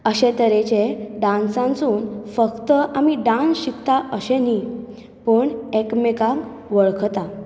अशे तरेचे डान्सासून फक्त आमी डान्स शिकता अशें न्ही पूण एकामेकांक वळखता